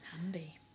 Handy